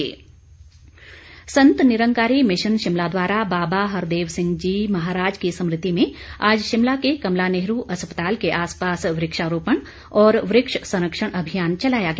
पौधरोपण सन्त निरंकारी मिशन शिमला द्वारा बाबा हरदेव सिंह जी महाराज की स्मृति में आज शिमला के कमला नेहरू अस्पताल के आसपास वृक्षारोपण और वृक्ष संरक्षण अभियान चलाया गया